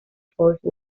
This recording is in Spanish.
force